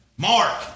Mark